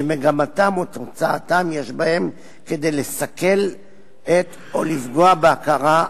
שמגמתן או תוצאתן יש בהן כדי לסכל או לפגוע בהכרה,